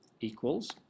equals